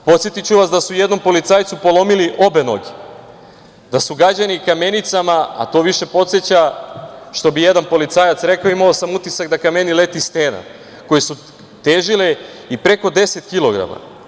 Podsetiću vas da su jednom policajcu polomili obe noge, da su gađani kamenicama, a to više podseća, što bi jedan policajac rekao - imao sam utisak da ka meni leti stena, koje su težile i preko deset kilograma.